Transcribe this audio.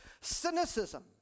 Cynicism